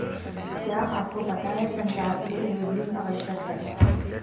क्या आपको पता है संचार के लिए लेबलिंग आवश्यक है?